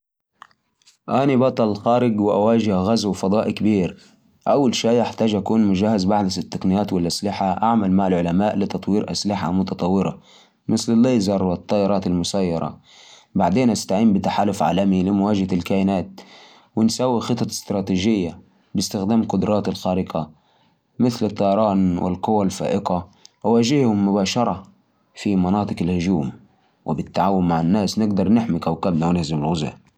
أول شيء، لازم أسوي خطة ذكية. أستخدم قوتي الخارقة في التصدي لهجماتهم وتقنياتهم المتقدمة، وأبني تحالف مع أقوى العلماء والمقاتلين في الأرض. ندرس نقاط ضعف كائنات الفضائية، ونتعلم كيف نتفوق عليهم. ما أنسى أستخدم قوتي في حماية الأبرياء، وإيجاد حلول مبتكرة لهزيمتهم بدون تدمير كوكبنا.